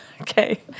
okay